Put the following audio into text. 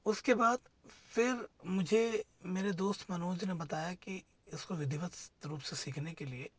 उसके बाद फ़िर मुझे मेरे दोस्त मनोज ने बताया कि इसको विधिवत रूप से सीखने के लिए